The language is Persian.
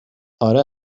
آره